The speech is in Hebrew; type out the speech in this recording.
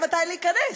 אתה יודע מתי להיכנס.